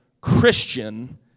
christian